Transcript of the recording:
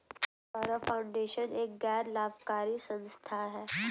Saurabh foundation एक गैर लाभकारी संस्था है